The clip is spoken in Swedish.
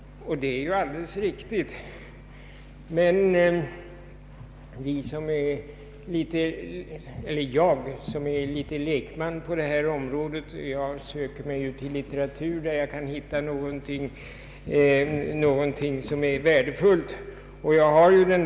Det är alldeles riktigt, men jag som i viss mån är lekman på detta område söker mig till litteratur där jag kan hitta någonting som är värdefullt och som kan belysa frågan.